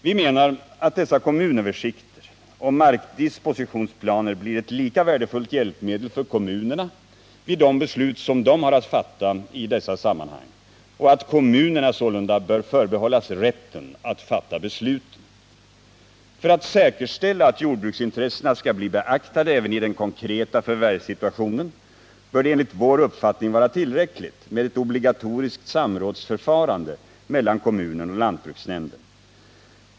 Vi menar att dessa kommunöversikter och markdispositionsplaner blir ett lika värdefullt hjälpmedel för kommunerna vid de beslut som de har att fatta i dessa sammanhang. Kommunerna bör sålunda förbehållas rätten att fatta besluten. För att säkerställa att jordbruksintressena skall bli beaktade även i den konkreta förvärvssituationen bör det enligt vår uppfattning vara tillräckligt med ett obligatoriskt samrådsförfarande mellan kommunen och lantbruksnämnden.